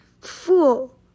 fool